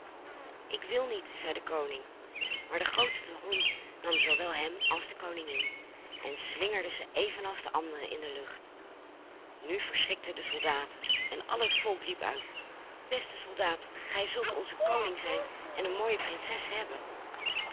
ik wil niet zei de koning maar de grootste hond nam zoowel hem als de koningin en slingerde ze evenals de anderen in de lucht nu verschrikten de soldaten en al het volk riep uit beste soldaat gij zult onze koning zijn en de mooie prinses hebben